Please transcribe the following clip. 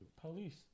police